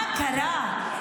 מה קרה,